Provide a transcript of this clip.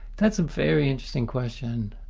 that's a very interesting question.